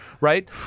right